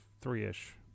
three-ish